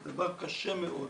זה דבר קשה מאוד,